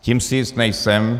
Tím si jist nejsem.